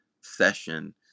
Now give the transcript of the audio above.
session